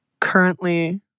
currently